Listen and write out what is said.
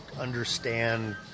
understand